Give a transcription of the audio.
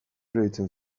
iruditzen